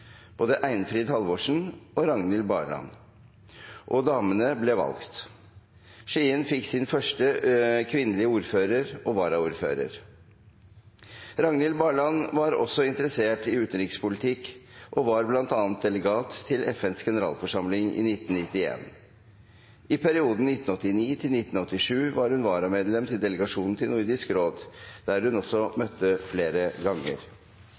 Einfrid Halvorsen og Ragnhild Barland – og damene ble valgt! Skien fikk sin første kvinnelige ordfører og varaordfører. Ragnhild Barland var også interessert i utenrikspolitikk og var bl.a. delegat til FNs generalforsamling i 1991. I perioden 1989 til 1997 var hun varamedlem til delegasjonen til Nordisk råd, der hun møtte flere ganger.